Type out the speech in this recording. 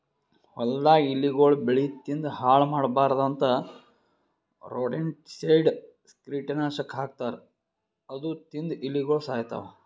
ಹೊಲ್ದಾಗ್ ಇಲಿಗೊಳ್ ಬೆಳಿ ತಿಂದ್ ಹಾಳ್ ಮಾಡ್ಬಾರ್ದ್ ಅಂತಾ ರೊಡೆಂಟಿಸೈಡ್ಸ್ ಕೀಟನಾಶಕ್ ಹಾಕ್ತಾರ್ ಅದು ತಿಂದ್ ಇಲಿಗೊಳ್ ಸಾಯ್ತವ್